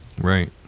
Right